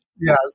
Yes